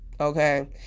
okay